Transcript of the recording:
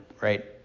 right